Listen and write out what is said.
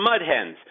mudhens